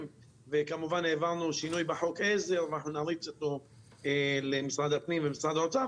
וכמובן העברנו שינוי בחוק העזר ונריץ אותו למשרד הפנים ולמשרד האוצר,